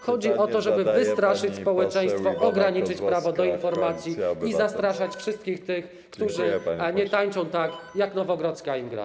Chodzi o to, żeby wystraszyć społeczeństwo, ograniczyć prawo do informacji i zastraszać wszystkich tych, którzy nie tańczą tak, jak Nowogrodzka im gra.